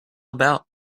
about